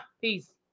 Peace